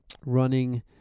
running